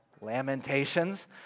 Lamentations